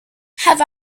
have